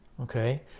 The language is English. okay